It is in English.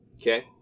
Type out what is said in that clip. Okay